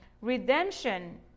Redemption